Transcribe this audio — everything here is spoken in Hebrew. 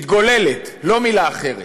מתגוללת, לא מילה אחרת.